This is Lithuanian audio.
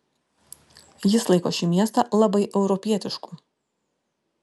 jis laiko šį miestą labai europietišku